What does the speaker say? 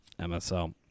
MSL